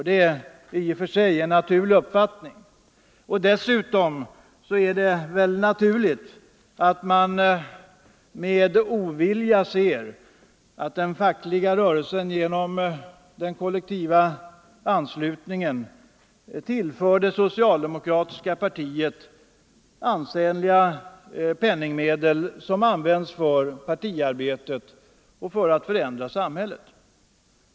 Det är i och för sig en naturlig önskan, och dessutom är det naturligt att ni med ovilja ser att den fackliga rörelsen genom den kollektiva anslutningen tillför det socialdemokratiska partiet ansenliga penningmedel som används för partiarbetet och för att förändra samhället.